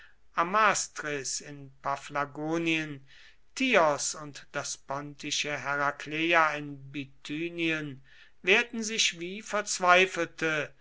pontos amastris in paphlagonien tios und das pontische herakleia in bithynien wehrten sich wie verzweifelte